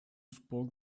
spoke